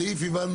את הסעיף הבנו.